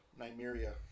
Nymeria